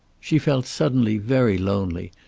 she felt suddenly very lonely,